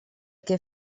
que